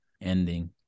ending